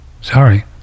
Sorry